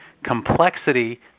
complexity